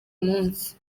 munsi